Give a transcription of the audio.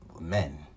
men